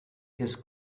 his